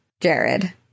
Jared